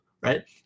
right